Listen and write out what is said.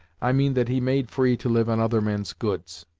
i mean that he made free to live on other men's goods.